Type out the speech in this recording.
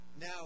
Now